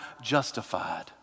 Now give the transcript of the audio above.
justified